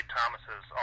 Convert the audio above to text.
Thomas's